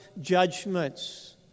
judgments